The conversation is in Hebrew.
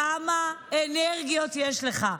כמה אנרגיות יש לך,